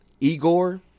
Igor